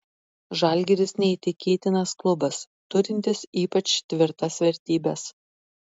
žalgiris neįtikėtinas klubas turintis ypač tvirtas vertybes